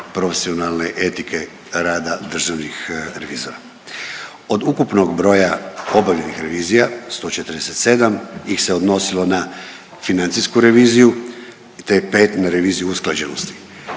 profesionalne etike rada državnih revizora. Od ukupnog broja obavljenih revizija 147 ih se odnosilo na financijsku reviziju te 5 na reviziju usklađenosti.